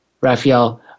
Raphael